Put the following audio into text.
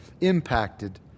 impacted